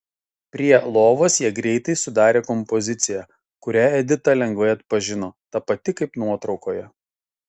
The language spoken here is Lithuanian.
prie lovos jie greitai sudarė kompoziciją kurią edita lengvai atpažino ta pati kaip nuotraukoje